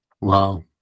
wow